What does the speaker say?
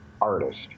artist